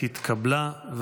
התשפ"ג 2022,